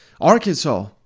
Arkansas